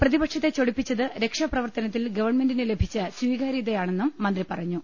പ്രതിപക്ഷത്തെ ചൊടിപ്പിച്ചത് രക്ഷാപ്രവർത്തന ത്തിൽ ഗവൺമെന്റിന് ലഭിച്ച സ്വീകാരൃതയാണെന്നും മന്ത്രി പറഞ്ഞു